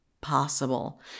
possible